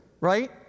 right